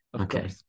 Okay